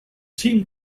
team